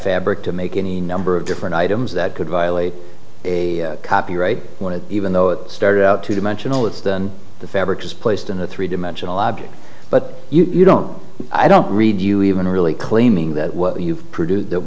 fabric to make any number of different items that could violate a copyright on it even though it started out two dimensional it's then the fabric is placed in a three dimensional object but you don't i don't read you even really claiming that what you produce what